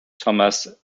thomas